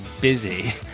busy